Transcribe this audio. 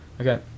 Okay